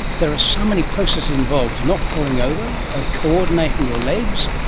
there are so many processes involved not falling over, of coordinating your legs,